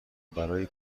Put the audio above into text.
برای